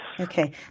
Okay